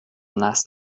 last